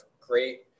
great